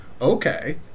Okay